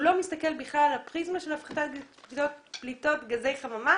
לא מסתכל בכלל על הפריזמה של פליטות גזי חממה